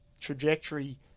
trajectory